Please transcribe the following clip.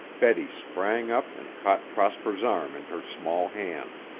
betty sprang up and caught prosper's arm in her small hand.